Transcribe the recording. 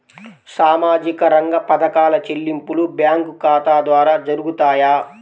సామాజిక రంగ పథకాల చెల్లింపులు బ్యాంకు ఖాతా ద్వార జరుగుతాయా?